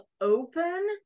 open